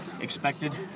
expected